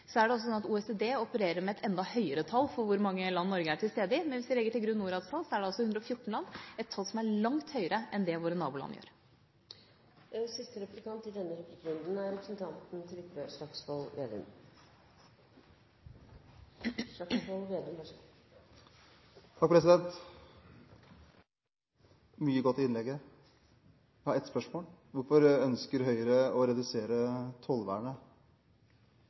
Så er det også sånn at OECD opererer med et enda høyere tall på hvor mange land Norge er til stede i. Men hvis vi legger Norads tall til grunn, er det altså 114 land – et tall som er langt høyere enn for våre naboland. Mye godt i innlegget! Jeg har ett spørsmål: Hvorfor ønsker Høyre å redusere tollvernet?